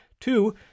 Two